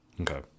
Okay